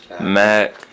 Mac